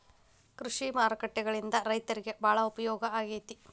ಕೃಷಿ ಮಾರುಕಟ್ಟೆಗಳಿಂದ ರೈತರಿಗೆ ಬಾಳ ಉಪಯೋಗ ಆಗೆತಿ